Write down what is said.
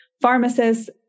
pharmacists